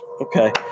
Okay